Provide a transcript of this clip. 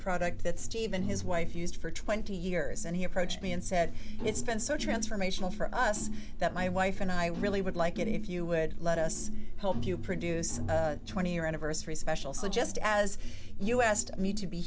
product that steve and his wife used for twenty years and he approached me and said it's been so transformational for us that my wife and i really would like it if you would let us help you produce a twenty year anniversary special so just as u s to me to be